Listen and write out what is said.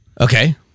Okay